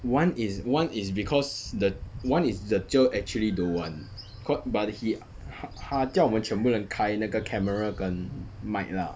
one is one is because the one is the cher actually don't want co~ but he 他他叫我们全部人开那个 camera 跟 mic lah